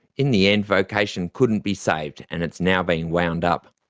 in the end, vocation couldn't be saved and it's now being wound up.